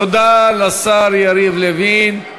תודה לשר יריב לוין.